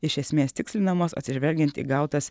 iš esmės tikslinamos atsižvelgiant į gautas